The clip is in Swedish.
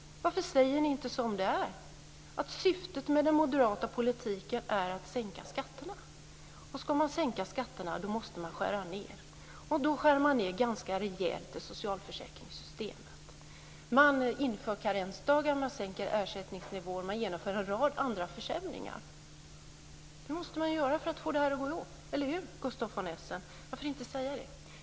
Varför säger ni inte som det är, att syftet med den moderata politiken är att sänka skatterna? Ska man sänka skatterna måste man skära ned. Och då skär man ned ganska rejält i socialförsäkringssystemet. Man inför en karensdag, sänker ersättningsnivån och genomför en rad andra försämringar. Det måste man göra för att få det att gå ihop, eller hur Gustaf von Essen? Varför inte säga det?